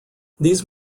these